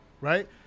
right